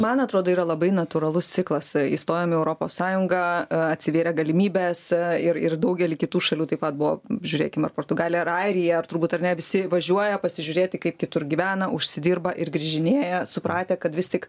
man atrodo yra labai natūralus ciklas įstojom į europos sąjungą atsivėrė galimybės ir ir daugely kitų šalių taip pat buvo žiūrėkim ar portugalija ar airija ar turbūt ar ne visi važiuoja pasižiūrėti kaip kitur gyvena užsidirba ir grįžinėja supratę kad vis tik